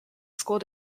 school